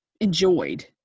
enjoyed